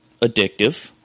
addictive